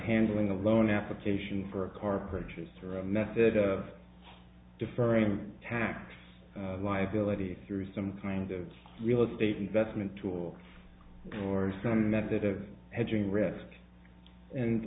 handling a loan application for a car purchase or a method of deferring tax liability through some kind of real estate investment tool or some method of hedging risk and